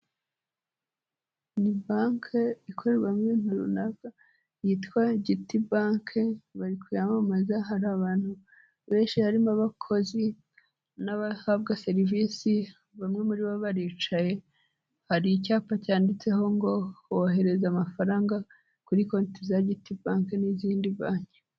Ni banki ikorerwamo ibintu runaka yitwa Gity banke, bari kuyamamaza hari abantu benshi harimo abakozi n'abahabwa serivisi, bamwe muri bo baricaye hari icyapa cyanditseho ngo wohereze amafaranga kuri konti za Gity banki n'izindi banki.